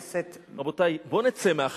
תודה רבה לך, חבר הכנסת, רבותי, בואו נצא מהחלום.